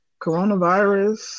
Coronavirus